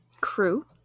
crew